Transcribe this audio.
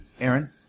Aaron